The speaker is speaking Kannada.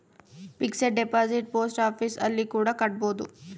ಫಿಕ್ಸೆಡ್ ಡಿಪಾಸಿಟ್ ಪೋಸ್ಟ್ ಆಫೀಸ್ ಅಲ್ಲಿ ಕೂಡ ಕಟ್ಬೋದು